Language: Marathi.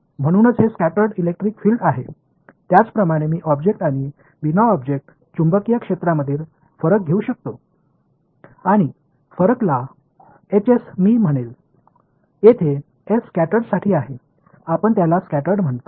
म्हणूनच हे स्कॅटर्ड इलेक्ट्रिक फील्ड आहे त्याचप्रमाणे मी ऑब्जेक्ट आणि बिना ऑब्जेक्ट चुंबकीय क्षेत्रामधील फरक घेऊ शकतो आणि फरक ला Hs मी म्हणेल येथे s स्कॅटर्ड साठी आहे आपण त्याला स्कॅटर्ड म्हणतो